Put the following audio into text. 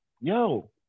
yo